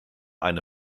eine